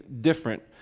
different